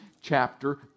chapter